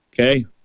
Okay